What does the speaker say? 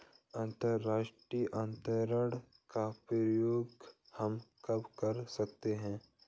अंतर्राष्ट्रीय अंतरण का प्रयोग हम कब कर सकते हैं?